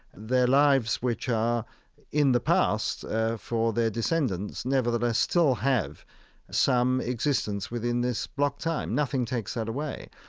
their lives, which are in the past for their descendants, nevertheless still have some existence within this block time. nothing takes that away.